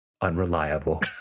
unreliable